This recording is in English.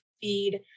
feed